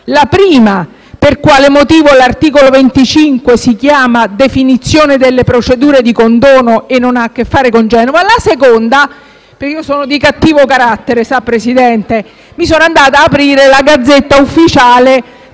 La prima: per quale motivo l’articolo 25 si chiama «Definizione delle procedure di condono» e non ha a che fare con Genova? La seconda: io sono di cattivo carattere, Presidente, e sono andata ad aprire la Gazzetta Ufficiale